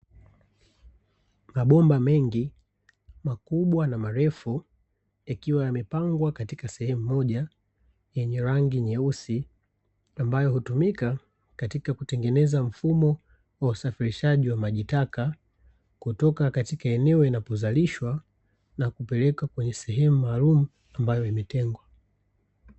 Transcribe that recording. Mabomba mengi makubwa na marefu yakiwa yamepangwa katika sehemu moja yenye rangi nyeusi, ambayo hutumika katika kutengeneza mfumo wa usafirishaji wa majitaka kutoka katika eneo inapozalishwa na kupelekwa kwenye sehemu maalumu ambayo imetengwa.